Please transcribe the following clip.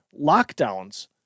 lockdowns